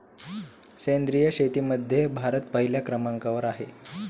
सेंद्रिय शेतीमध्ये भारत पहिल्या क्रमांकावर आहे